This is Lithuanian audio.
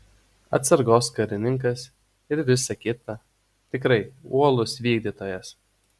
atsargos karininkas ir visa kita tikrai uolus vykdytojas